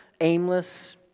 aimless